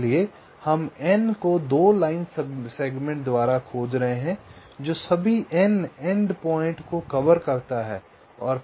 इसलिए हम N को 2 लाइन सेगमेंट द्वारा खोज रहे हैं जो सभी N एंडपॉइंट को कवर करता है